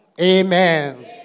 Amen